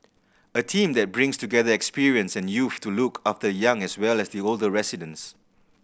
a team that brings together experience and youth to look after the young as well as the older residents